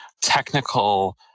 technical